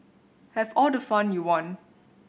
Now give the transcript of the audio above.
have all the fun you want